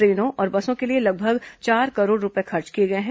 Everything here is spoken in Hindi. ट्रेनों और बसों के लिए लगभग चार करोड़ रूपये खर्च किए गए हैं